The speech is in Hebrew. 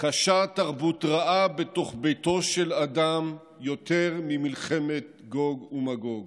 "קשה תרבות רעה בתוך ביתו של אדם יותר ממלחמת גוג ומגוג",